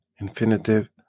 Infinitive